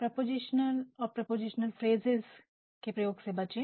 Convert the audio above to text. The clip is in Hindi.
प्रपोज़िशन और प्रपोज़िशनल फ्रेज़ेज़ के प्रयोग से बचे